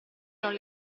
non